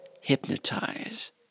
hypnotize